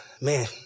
Man